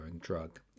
drug